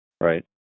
Right